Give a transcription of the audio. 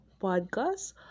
podcast